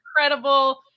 incredible